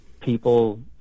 people